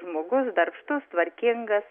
žmogus darbštus tvarkingas